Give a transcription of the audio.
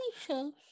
shows